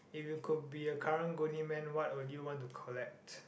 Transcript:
if you could be a Karang-Guni Man what would you want to collect